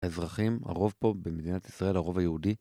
האזרחים הרוב פה במדינת ישראל הרוב היהודי